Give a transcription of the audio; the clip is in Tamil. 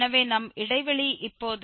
எனவே நம் இடைவெளி இப்போது 0